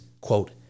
quote